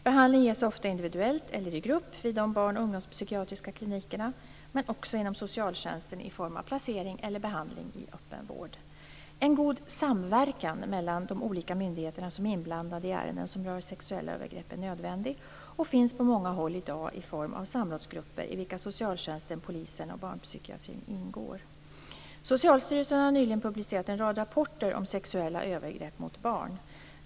Behandling ges ofta - individuellt eller i grupp - vid de barn och ungdomspsykiatriska klinikerna, men också inom socialtjänsten i form av placering eller behandling i öppenvård. En god samverkan mellan de olika myndigheter som är inblandade i ärenden som rör sexuella övergrepp är nödvändig och finns på många håll i dag i form av samrådsgrupper i vilka socialtjänsten, polisen och barnpsykiatrin ingår. Socialstyrelsen har nyligen publicerat en rad rapporter om sexuella övergrepp mot barn.